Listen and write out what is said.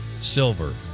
silver